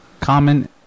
Common